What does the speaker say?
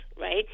right